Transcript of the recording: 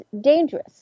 dangerous